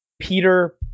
Peter